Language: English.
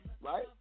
right